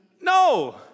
No